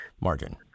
margin